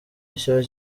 nshya